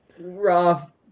rough